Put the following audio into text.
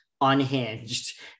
unhinged